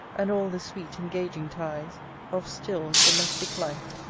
and all the sweet engaging ties of still, domestic life.